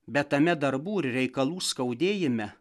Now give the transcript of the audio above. bet tame darbų ir reikalų skaudėjime